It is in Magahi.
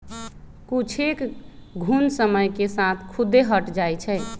कुछेक घुण समय के साथ खुद्दे हट जाई छई